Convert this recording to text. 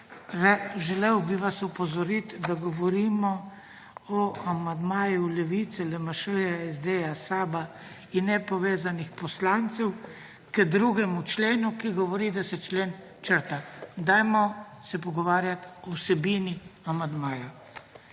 Želel bi vas opozoriti, da govorimo o amandmaju Levice, LMŠ, SD, SAB in Nepovezanih poslancev k 2. členu, ki govori, da se člen črta. Dajmo se pogovarjati o vsebini amandmaja.